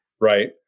Right